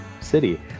city